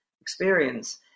experience